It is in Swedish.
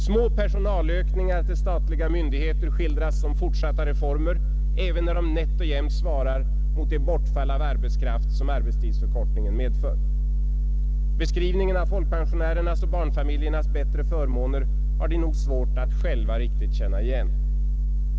Små personalökningar till statliga myndigheter skildras som fortsatta reformer även när de nätt och jämnt svarar mot det bortfall av arbetskraft som arbetstidsförkortningen medför. Beskrivningen av folkpensionärernas och barnfamiljernas bättre förmåner har de nog svårt att själva riktigt känna igen.